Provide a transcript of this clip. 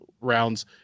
rounds